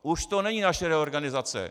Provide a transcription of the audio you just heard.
Už to není naše reorganizace.